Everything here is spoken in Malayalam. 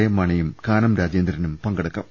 എം മാണിയും കാനം രാജേന്ദ്രനും പങ്കെടുക്കും